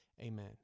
Amen